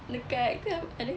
dekat tu ada